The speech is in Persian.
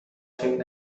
فکر